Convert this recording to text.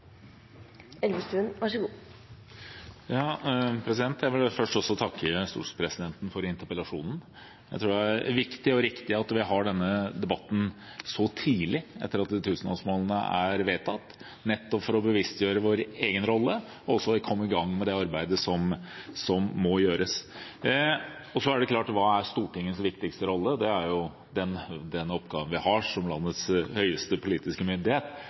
og viktig at vi har denne debatten så tidlig etter at tusenårsmålene er vedtatt, nettopp for å bevisstgjøre vår egen rolle og for å komme i gang med det arbeidet som må gjøres. Hva er Stortingets viktigste rolle? Det er den oppgaven vi har som landets øverste politiske myndighet.